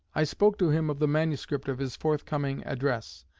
i spoke to him of the manuscript of his forthcoming address,